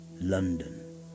London